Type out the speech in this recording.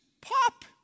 pop